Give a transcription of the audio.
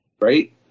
right